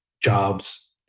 jobs